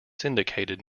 syndicated